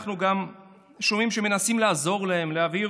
אנחנו שומעים שמנסים לעזור להם, להעביר